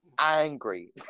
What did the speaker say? Angry